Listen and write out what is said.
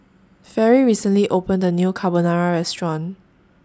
Fairy recently opened A New Carbonara Restaurant